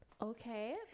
Okay